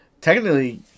Technically